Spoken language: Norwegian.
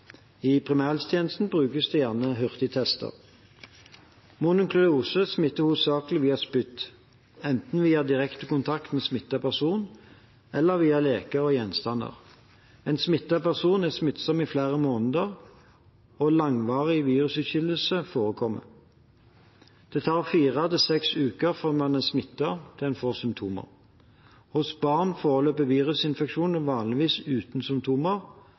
I primærhelsetjenesten brukes det gjerne hurtigtester. Mononukleose smitter hovedsakelig via spytt, enten via direkte kontakt med smittet person eller via leker og gjenstander. En smittet person er smittsom i flere måneder, og langvarig virusutskillelse forekommer. Det tar fra fire til seks uker fra man er smittet, til man får symptomer. Hos barn forløper virusinfeksjonen vanligvis uten